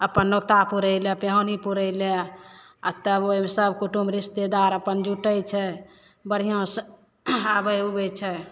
अपन नोता पुरै लए पिहानी पुरै लए आ तब ओहिमे सबकुटुम्ब रिश्तेदार अपन जुटै छै बढ़िऑं सऽ आबै उबै छै